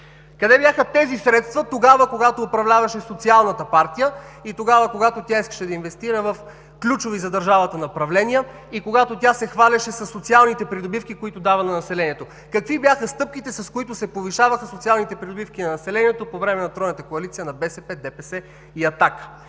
Къде бяха тези средства тогава, когато управляваше социалната партия и когато искаше да инвестира в ключови за държавата направления, когато се хвалеше със социалните придобивки, които дава на населението? Какви бяха стъпките, с които се повишаваха социалните придобивки на населението по време на тройната коалиция на